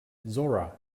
zora